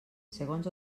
segons